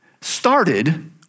started